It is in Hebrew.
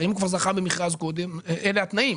הרי אם הוא כבר זכה במכרז קודם אלה התנאים,